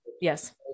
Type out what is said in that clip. yes